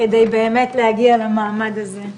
כדי באמת להגיע למעמד הזה.